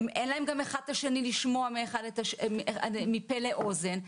אין להם גם אחד את השני לשמוע מפה לאוזן.